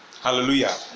Hallelujah